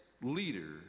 leader